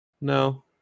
No